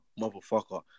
motherfucker